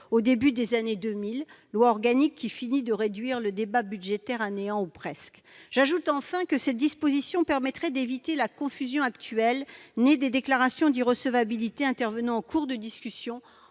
aux finances publiques, la LOLF, qui a fini de réduire le débat budgétaire à néant, ou presque. J'ajoute, enfin, que cette disposition permettrait d'éviter la confusion actuelle, née des déclarations d'irrecevabilité intervenant en cours de discussion,